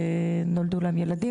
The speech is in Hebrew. נולדו להן ילדים,